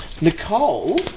Nicole